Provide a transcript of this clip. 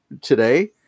Today